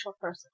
person